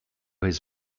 his